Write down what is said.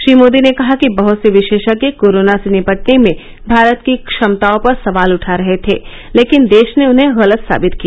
श्री मोदी ने कहा कि बहत से विशेषज्ञ कोरोना से निपटने में भारत की क्षमताओं पर सवाल उठा रहे थे लेकिन देश ने उन्हें गलत साबित किया